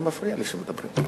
זה מפריע לי שמדברים,